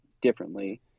differently